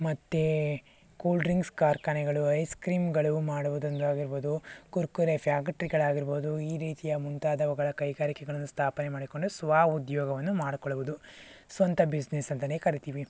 ಮತ್ತೆ cold drinks ಕಾರ್ಖಾನೆಗಳು ice ಕ್ರೀಮ್ಗಳು ಮಾಡುವುದಂದಾಗಿರ್ಬೋದು ಕುರ್ಕುರೆ ಫ್ಯಾಕ್ಟ್ರಿಗಳಾಗಿರ್ಬೋದು ಈ ರೀತಿಯ ಮುಂತಾದವುಗಳ ಕೈಗಾರಿಕೆಗಳನ್ನು ಸ್ಥಾಪನೆ ಮಾಡಿಕೊಂಡು ಸ್ವ ಉದ್ಯೋಗವನ್ನು ಮಾಡಿಕೊಳ್ಳುವುದು ಸ್ವಂತ ಬಿಸ್ನೆಸ್ ಅಂತನೇ ಕರಿತೀವಿ